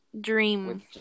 Dream